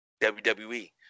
WWE